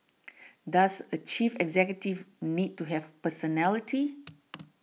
does a chief executive need to have personality